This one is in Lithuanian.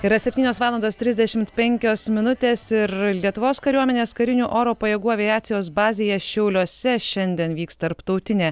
yra septynios valandos trisdešimt penkios minutės ir lietuvos kariuomenės karinių oro pajėgų aviacijos bazėje šiauliuose šiandien vyks tarptautinė